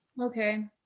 okay